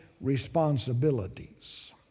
responsibilities